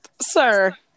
Sir